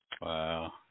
wow